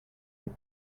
est